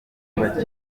bikoresho